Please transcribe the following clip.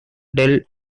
del